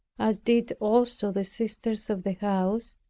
as did also the sisters of the house,